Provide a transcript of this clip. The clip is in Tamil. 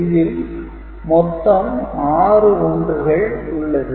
இதில் மொத்தம் 6 ஒன்றுகள் உள்ளது